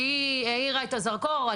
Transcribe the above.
שהאירה את הזרקור.